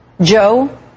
Joe